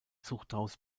zuchthaus